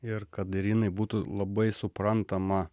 ir kad irinai būtų labai suprantama